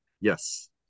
Yes